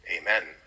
Amen